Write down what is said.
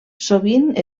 sovint